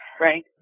Right